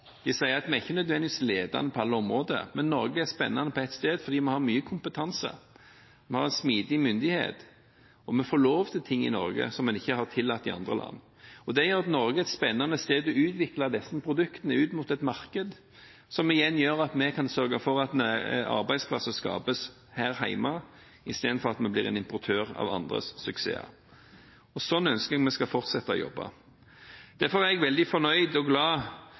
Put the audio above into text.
De sier at vi ikke nødvendigvis er ledende på alle områder, men Norge er spennende fordi vi har mye kompetanse, vi har smidige myndigheter, og vi får lov til ting i Norge som man ikke har tillatt i andre land. Det gjør at Norge er et spennende sted å utvikle disse produktene ut mot et marked, som igjen gjør at vi kan sørge for at arbeidsplasser skapes her hjemme, i stedet for at vi blir en importør av andres suksess. Slik ønsker jeg at vi skal fortsette å jobbe. Derfor er jeg veldig fornøyd og glad